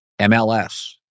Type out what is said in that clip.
MLS